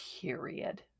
period